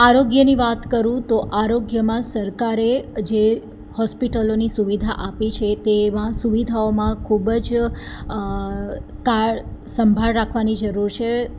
આરોગ્યની વાત કરું તો આરોગ્યમાં સરકારે જે હોસ્પિટલોની સુવિધા આપી છે તેમાં સુવિધાઓમાં ખૂબ જ સંભાળ રાખવાની જરૂર છે